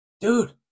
dude